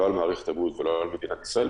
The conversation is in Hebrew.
לא על מערכת הבריאות ולא על מדינת ישראל,